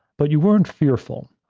but you weren't fearful.